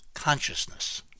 consciousness